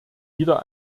wieder